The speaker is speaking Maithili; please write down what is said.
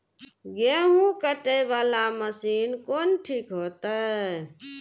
गेहूं कटे वाला मशीन कोन ठीक होते?